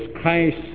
Christ